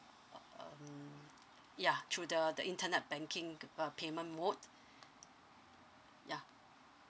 uh um yeah through the the internet banking uh payment mode yeah